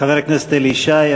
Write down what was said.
חבר הכנסת אלי ישי,